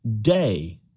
day